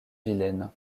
vilaine